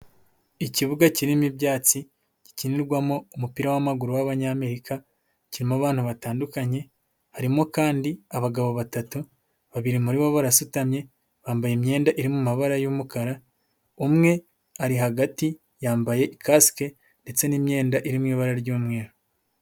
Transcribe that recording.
Ikibuga kirimo ibyatsi gikinirwamo umupira w'amaguru w'Abanyamerika kirimo abantu batandukanye, harimo kandi abagabo batatu, babiri muri bo barasutamye bambaye imyenda iri mu mabara y'umukara, umwe ari hagati yambaye kasike ndetse n'imyenda iri mu ibara ry'umweru.